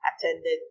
attended